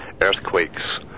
earthquakes